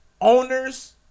owners